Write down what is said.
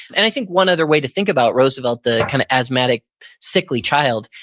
and i think one other way to think about roosevelt, the kind of asthmatic sickly child,